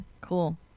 Cool